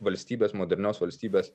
valstybės modernios valstybės